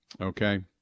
okay